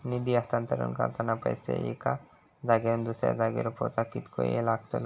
निधी हस्तांतरण करताना पैसे एक्या जाग्यावरून दुसऱ्या जाग्यार पोचाक कितको वेळ लागतलो?